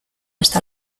está